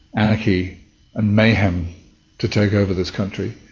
anarchy and mayhem to take over this country.